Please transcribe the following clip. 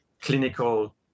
clinical